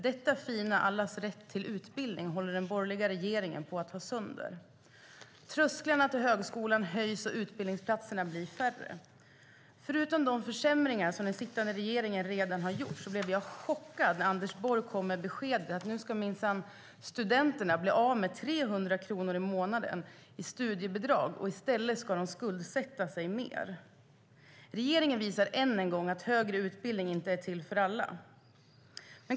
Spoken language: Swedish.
Detta fina - allas rätt till utbildning - håller den borgerliga regeringen på att ha sönder. Trösklarna till högskolan höjs och utbildningsplatserna blir färre. Förutom de försämringar som den sittande regeringen redan har gjort blev jag chockad när Anders Borg kom med beskedet att nu ska minsann studenterna bli av med 300 kronor i månaden i studiebidrag. I stället ska de skuldsätta sig mer. Regeringen visar än en gång att högre utbildning inte är till för alla.